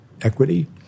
equity